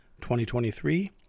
2023